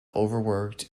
overworked